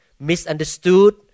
misunderstood